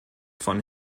von